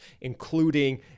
including